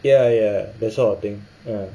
ya ya that sort of thing